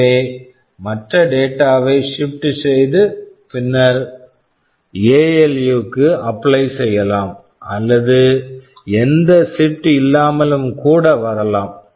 எனவே மற்ற data data வை ஷிப்ட் shift செய்து பின்னர் எஎல்யு ALU க்கு அப்ளை apply செய்யலாம் அல்லது எந்த ஷிப்ட் shift இல்லாமலும் கூட வரலாம்